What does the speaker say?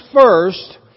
first